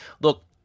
Look